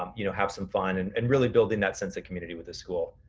um you know have some fun and and really build in that sense of community with the school.